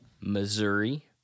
Missouri